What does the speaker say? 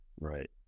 right